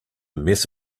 mess